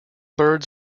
birds